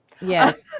Yes